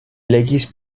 legis